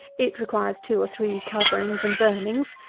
it requires two or three coverings and burnings,